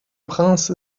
prince